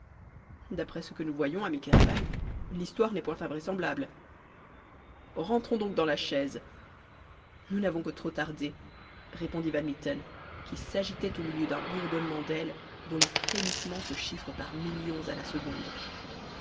d'après ce que nous voyons ami kéraban l'histoire n'est point invraisemblable rentrons donc dans la chaise nous n'avons que trop tardé répondit van mitten qui s'agitait au milieu d'un bourdonnement d'ailes dont les frémissements se chiffrent par millions à la seconde